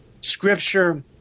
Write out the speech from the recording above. scripture